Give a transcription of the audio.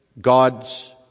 God's